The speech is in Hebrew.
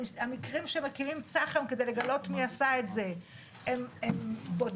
המקרים שמקימים צח"ם כדי לגלות מי עשה את זה הם בודדים.